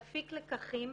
נפיק לקחים,